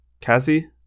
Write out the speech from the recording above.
Cassie